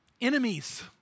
enemies